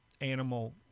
animal